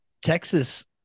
Texas